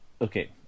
okay